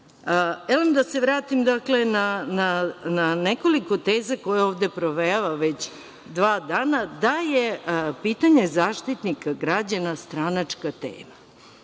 da se vratim na nekoliko teza koje ovde provejavaju već dva dana, da je pitanje Zaštitnika građana stranačka tema.